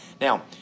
Now